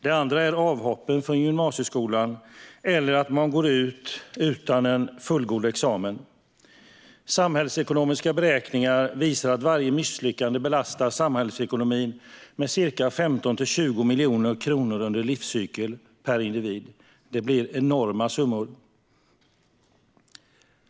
Det andra är avhoppen från gymnasieskolan eller att man går ut utan en fullgod examen. Samhällsekonomiska beräkningar visar att varje misslyckande belastar samhällsekonomin med ca 15-20 miljoner kronor under en livscykel per individ. Det blir enorma summor.